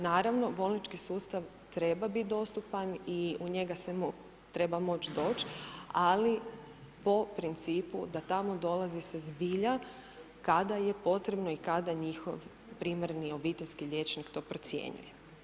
Naravno bolnički sustav treba bit dostupan i u njega se treba moć doć, ali po principu da tamo dolazi se zbilja kada je potrebno i kada njihov primarni obiteljski liječnik to procjenjuje.